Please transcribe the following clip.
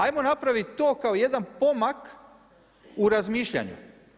Ajmo napraviti to kao jedan pomak u razmišljanju.